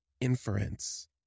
inference